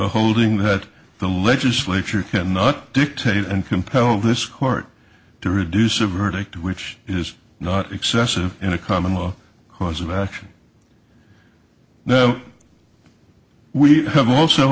holding that the legislature can not dictate and compel this court to reduce a verdict which is not excessive in a common law cause of action now we have also